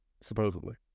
Supposedly